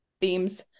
themes